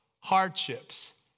hardships